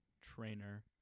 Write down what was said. trainer